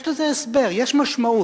יש לזה הסבר, יש משמעות.